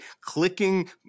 clicking